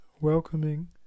welcoming